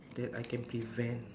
that I can prevent